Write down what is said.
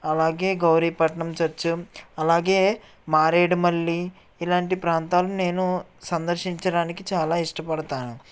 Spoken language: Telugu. అలాగే గౌరీపట్నం చర్చ్ అలాగే మారేడుమిల్లి ఇలాంటి ప్రాంతాలు నేను సందర్శించడానికి చాలా ఇష్టపడతాను